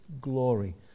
glory